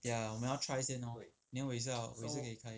ya 我们要 try 先 lor then 我也是要我也是可以开